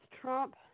Trump